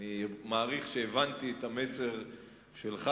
אני מעריך שהבנתי את המסר שלך,